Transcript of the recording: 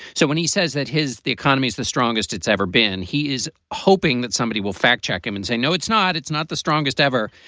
so when he says that his the economy is the strongest it's ever been, he is hoping that somebody will fact check him and say, no, it's not it's not the strongest ever.